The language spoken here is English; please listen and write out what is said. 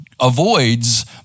avoids